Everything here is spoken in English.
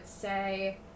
say